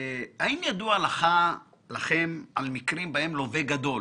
האם ידוע לכם על מקרים בהם לווה גדול